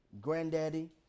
granddaddy